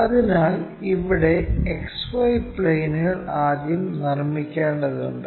അതിനാൽ ഇവിടെ XY പ്ലെയിനുകൾ ആദ്യം നിർമ്മിക്കേണ്ടതുണ്ട്